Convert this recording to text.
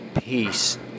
peace